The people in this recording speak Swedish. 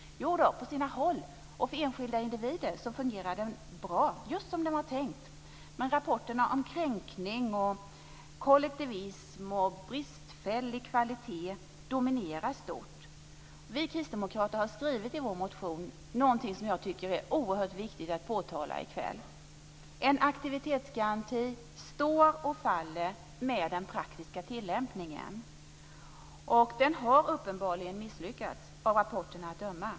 Jodå, på sina håll och för enskilda individer fungerar den bra; just som den var tänkt. Men rapporterna om kränkningar, kollektivism och bristfällig kvalitet dominerar stort. Vi kristdemokrater skriver i vår motion, något som jag tycker att det är oerhört viktigt att här i kväll peka på, att en aktivitetsgaranti står och faller med den praktiska tillämpningen. Den har uppenbarligen misslyckats, av rapporterna att döma.